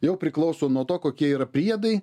jau priklauso nuo to kokie yra priedai